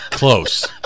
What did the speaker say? Close